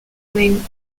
name